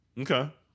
Okay